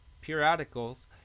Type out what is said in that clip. periodicals